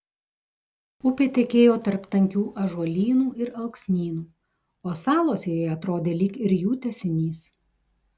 upė tekėjo tarp tankių ąžuolynų ir alksnynų ir salos joje atrodė lyg ir jų tęsinys